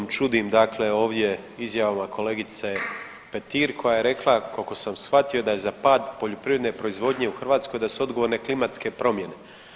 Ja se čudom čudim, dakle ovdje izjavama kolegice Petir koja je rekla koliko sam shvatio da je za pad poljoprivredne proizvodnje u Hrvatskoj da su odgovorne klimatske promjene.